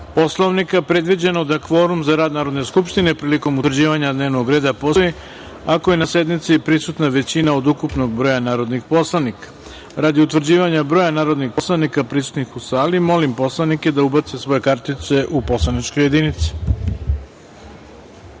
Poslovnika predviđeno da kvorum za rad Narodne skupštine prilikom utvrđivanja dnevnog reda postoji ako je na sednici prisutna većina od ukupnog broja narodnih poslanika. Radi utvrđivanja broja narodnih poslanika prisutnih u sali, molim poslanike da ubacite svoje identifikacione kartice u poslaničke jedinice.